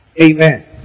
Amen